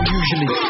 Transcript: usually